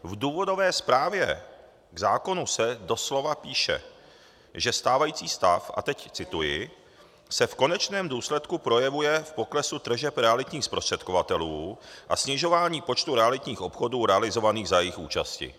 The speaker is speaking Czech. V důvodové zprávě k zákonu se doslova píše, že stávající stav a teď cituji se v konečném důsledku projevuje v poklesu tržeb realitních zprostředkovatelů a snižování počtu realitních obchodů realizovaných za jejich účasti.